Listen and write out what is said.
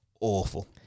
awful